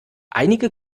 einige